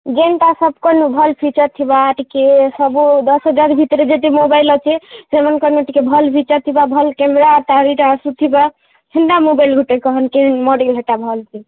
ଯେନ୍ତା ସବକୁ ଭଲ୍ ସେ ଫିଚର୍ ଥିବା ଟିକେ ସବୁ ଦଶ୍ ହଜାର୍ ଭିତରେ ଯଦି ମୋବାଇଲ୍ ଅଛି ସେମାନଙ୍କର ଟିକେ ଭଲ ଫିଚର୍ ଥିବା ଭଲ୍ କ୍ୟାମେରା ତା'ଭିତରେ ଆସୁଥିବ ସେନ୍ତା ମୋବାଇଲ୍ ଗୁଟେ କହନ୍ କି ମଡ଼େଲ୍ଟା ଭଲ୍ସେ